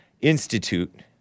institute